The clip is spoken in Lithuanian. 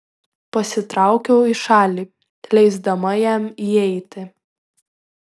pasitraukiau į šalį leisdama jam įeiti